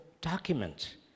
document